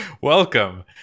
Welcome